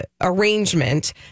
arrangement